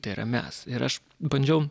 tai yra mes ir aš bandžiau